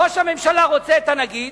ראש הממשלה רוצה את הנגיד,